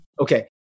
Okay